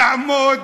לעמוד